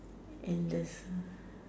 and the star